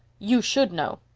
you should know.